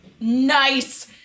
nice